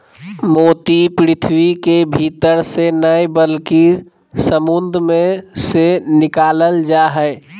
मोती पृथ्वी के भीतर से नय बल्कि समुंद मे से निकालल जा हय